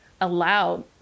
allowed